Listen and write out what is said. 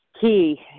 key